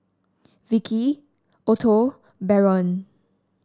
Vickie Otto Barron